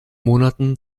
monaten